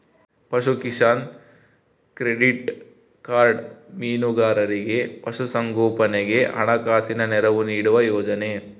ಪಶುಕಿಸಾನ್ credit card ಮೀನುಗಾರರಿಗೆ ಪಶು ಸಂಗೋಪನೆಗೆ ಹಣಕಾಸಿನ ನೆರವು ನೀಡುವ ಯೋಜನೆ